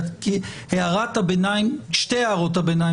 כי הערת הביניים,